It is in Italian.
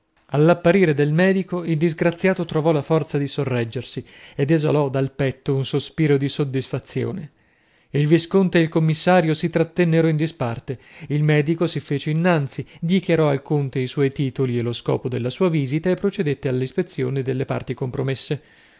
all'apparire del medico il disgraziato trovò la forza di sorreggersi ed esalò dal petto un sospiro di soddisfazione il visconte ed il commissario si trattennero in disparte il medico si fece innanzi dichiarò al conte i suoi titoli e lo scopo della sua visita e procedette alla ispezione delle parti compromesse